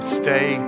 stay